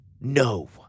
No